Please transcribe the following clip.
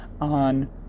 on